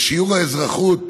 בשיעור האזרחות